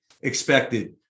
expected